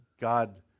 God